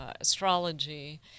astrology